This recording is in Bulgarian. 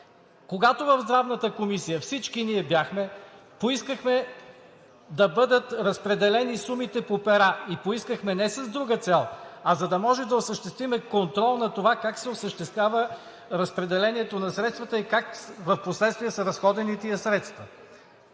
Когато в Здравната комисия, всички ние бяхме, поискахме да бъдат разпределени сумите по пера, поискахме не с друга цел, а за да може да осъществим контрол на това как се осъществява разпределението на средствата и как впоследствие са разходени тези средства.